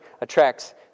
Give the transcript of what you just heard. attracts